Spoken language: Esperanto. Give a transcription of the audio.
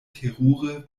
terure